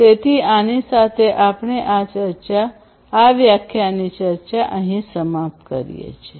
તેથી આની સાથે આપણે આ ચર્ચા સમાપ્ત કરીએ છીએ